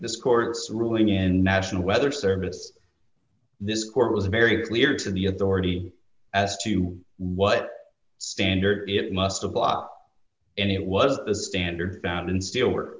this court's ruling in national weather service this court was very clear to the authority as to what standard it must have blocked and it was a standard found in steel work